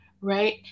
right